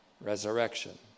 resurrection